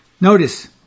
Notice